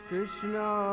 Krishna